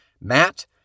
Matt